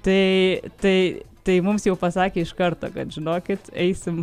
tai tai tai mums jau pasakė iš karto kad žinokit eisim